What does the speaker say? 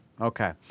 Okay